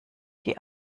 die